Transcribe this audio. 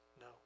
No